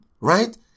right